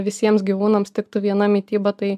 visiems gyvūnams tiktų viena mityba tai